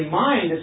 mind